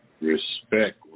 respect